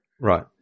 Right